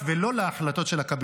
ולא להחלטות של הקבינט,